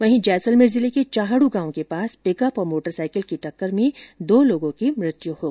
वहीं जैसलमेर जिले के चाहड़ गांव के पास पिकअप और मोटरसाइकिल की टक्कर में दो लोगों की मृत्यु हो गई